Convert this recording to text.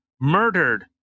murdered